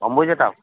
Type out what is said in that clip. অম্বুজাটাও